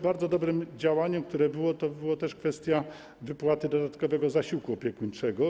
Bardzo dobrym działaniem, które miało miejsce, była kwestia wypłaty dodatkowego zasiłku opiekuńczego.